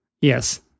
Yes